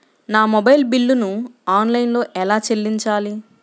నా మొబైల్ బిల్లును ఆన్లైన్లో ఎలా చెల్లించాలి?